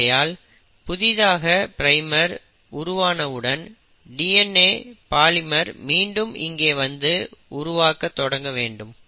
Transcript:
ஆகையால் புதிதாக பிரைமர் உருவானவுடன் DNA பாலிமர் மீண்டும் இங்கே வந்து உருவாக்க தொடங்க வேண்டும்